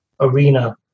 arena